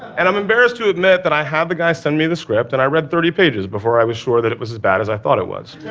and i'm embarrassed to admit that i had the guy send me the script, and i read thirty pages before i was sure that it was as bad as i thought it was.